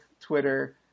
Twitter